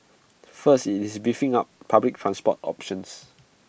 first IT is beefing up public transport options